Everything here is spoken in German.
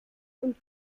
und